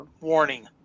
warning